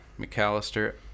McAllister